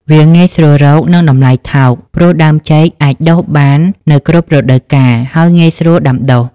វាងាយស្រួលរក និងតម្លៃថោក ព្រោះដើមចេកអាចដុះបាននៅគ្រប់រដូវកាល ហើយងាយស្រួលដាំដុះ។